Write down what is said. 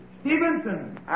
Stevenson